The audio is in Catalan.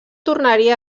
tornaria